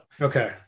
Okay